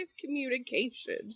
communication